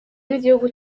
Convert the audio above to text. n’igihugu